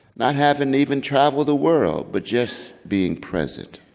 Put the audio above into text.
not having even traveled the world, but just being present.